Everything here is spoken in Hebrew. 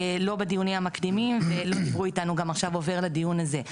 לא בדיונים המקדימים ולא דיברו איתנו גם עכשיו עובר לדיון הזה.